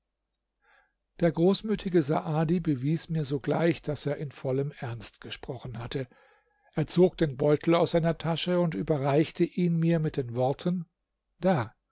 der großmütige saadi bewies mir sogleich daß er in vollem ernst gesprochen hatte er zog den beutel aus seiner tasche und überreichte ihn mir mit den worten da